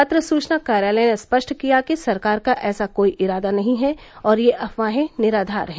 पत्र सूचना कार्यालय ने स्पष्ट किया कि सरकार का ऐसा कोई इरादा नहीं है और यह अफवाहें निराधार है